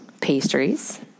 Pastries